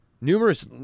Numerous